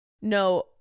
No